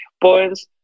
points